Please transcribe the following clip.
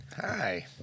Hi